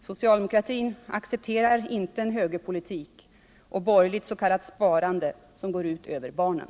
Socialdemokratin accepterar inte en högerpolitik och borgerligt s.k. sparande, som går ut över barnen.